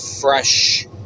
fresh